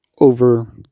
over